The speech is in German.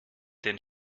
den